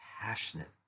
passionate